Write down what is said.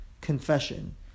confession